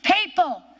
people